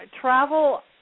travel